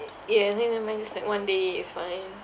ya I think never mind just like one day it's fine